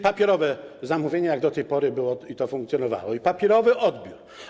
Papierowe zamówienia, jak do tej pory to funkcjonowało, i papierowy odbiór.